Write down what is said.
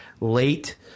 late